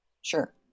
Sure